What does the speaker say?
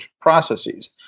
processes